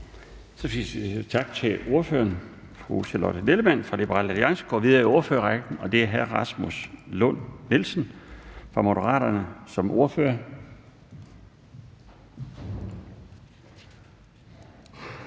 Så siger vi tak til ordføreren, fru Charlotte Nellemann fra Liberal Alliance, og går videre i ordførerrækken. Det er hr. Rasmus Lund-Nielsen fra Moderaterne som ordfører.